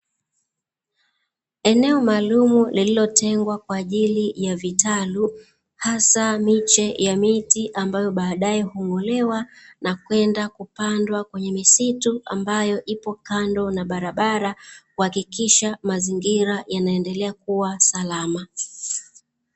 Eneo maalumu lililotengwa kwaajili ya vitalu hasa miche ya miti, ambayo baadae hung'olewa na kwenda kupanda kwenye misitu, ambayo ipo kando na barabara kuhakikisha mazingira yanaendelea kuwa salama.